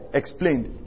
explained